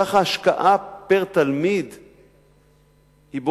כך ההשקעה פר-תלמיד היא,